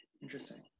Interesting